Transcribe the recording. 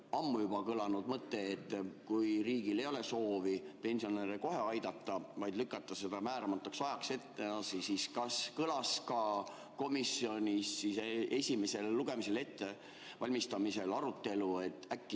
ammu kõlanud mõte, et kui riigil ei ole soovi pensionäre kohe aidata, vaid lükata seda määramatuks ajaks edasi, siis kas kõlas komisjonis esimesele lugemisele [saatmise] ettevalmistamise arutelul, et äkki